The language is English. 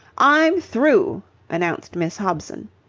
i'm through! announced miss hobson.